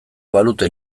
balute